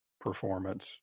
performance